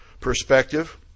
perspective